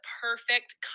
perfect